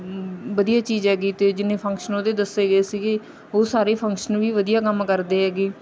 ਵਧੀਆ ਚੀਜ਼ ਹੈਗੀ ਅਤੇ ਜਿੰਨੇ ਫੰਕਸ਼ਨ ਉਹਦੇ ਦੱਸੇ ਗਏ ਸੀਗੇ ਉਹ ਸਾਰੇ ਫੰਕਸ਼ਨ ਵੀ ਵਧੀਆ ਕੰਮ ਕਰਦੇ ਹੈਗੇ